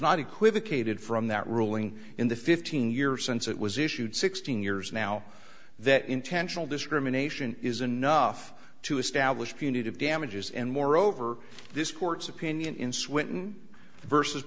not equivocated from that ruling in the fifteen years since it was issued sixteen years now that intentional discrimination is enough to establish punitive damages and moreover this court's opinion in swinton versus